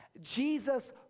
Jesus